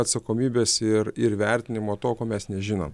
atsakomybės ir ir vertinimo to ko mes nežinom